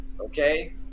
okay